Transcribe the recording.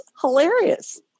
hilarious